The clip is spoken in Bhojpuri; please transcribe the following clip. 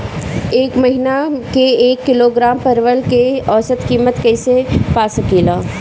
एक महिना के एक किलोग्राम परवल के औसत किमत कइसे पा सकिला?